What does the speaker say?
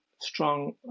strong